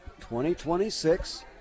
2026